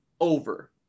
over